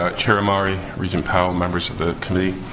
ah chair omari, regent powell, members of the committee,